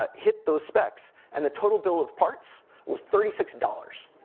ah hit those specs, and the total bill of parts was thirty six dollars.